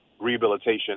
rehabilitation